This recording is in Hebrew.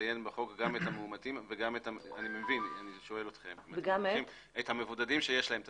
שנציין בחוק גם את המאומתים ואת המבודדים שיש להם תסמינים.